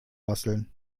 basteln